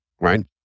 right